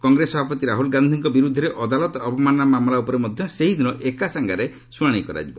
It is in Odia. କଂଗ୍ରେସ ସଭାପତି ରାହୁଲ ଗାନ୍ଧୀଙ୍କ ବିରୁଦ୍ଧରେ ଅଦାଲତ ଅବମାନନା ମାମଲା ଉପରେ ମଧ୍ୟ ସେହିଦିନ ଏକାସାଙ୍ଗରେ ଶୁଣାଣି କରାଯିବ